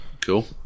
Cool